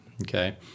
Okay